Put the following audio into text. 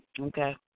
Okay